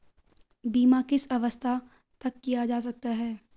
बीमा किस अवस्था तक किया जा सकता है?